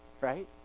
right